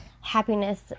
happiness